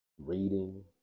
Reading